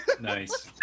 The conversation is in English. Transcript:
Nice